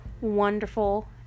wonderful